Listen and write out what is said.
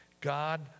God